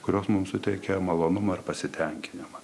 kurios mums suteikia malonumą ir pasitenkinimą